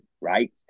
right